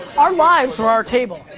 our lives were our table.